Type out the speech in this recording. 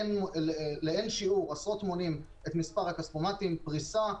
הראיה היא הגדילה עשרות מונים את מספר הכספומטים ואת הפריסה.